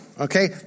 Okay